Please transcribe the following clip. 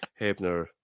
Hebner